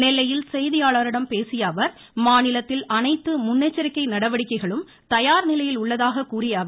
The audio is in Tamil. நெல்லையில் செய்தியாளர்களிடம் பேசிய அவர் மாநிலத்தில் அனைத்து முன்னெச்சரிக்கை நடவடிக்கைகளும் தயார் நிலையில் உள்ளதாக கூறினார்